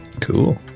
Cool